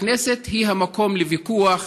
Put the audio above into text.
הכנסת היא המקום לוויכוח,